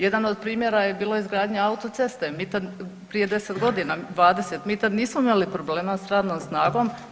Jedan od primjera je bila izgradnja autoceste, prije 10 godina, 20, mi tad nismo imali problema s radnom snagom.